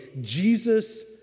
Jesus